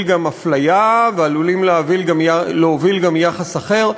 גם לאפליה ועלולים להוביל גם ליחס אחר.